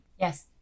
Yes